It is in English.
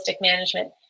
management